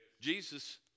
Jesus